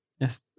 Yes